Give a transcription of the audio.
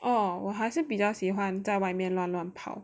oh 我还是比较喜欢在外面乱乱跑